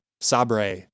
Sabre